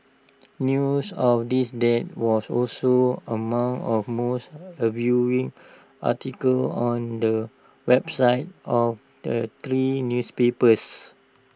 news of this death was also among of most A viewing articles on the websites of the three newspapers